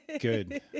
Good